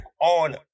on